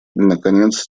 наконец